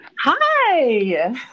hi